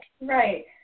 Right